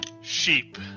sheep